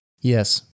yes